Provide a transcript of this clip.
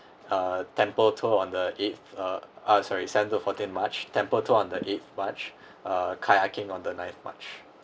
uh temple tour on the eighth uh ah sorry seven to fourteen march temple tour on the eighth march uh kayaking on the ninth march